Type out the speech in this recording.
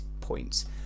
points